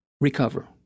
Recover